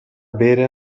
bere